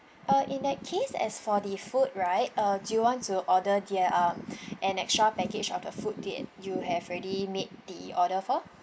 uh in that case as for the food right uh do you want to order the um an extra package of the food that you have already made the order for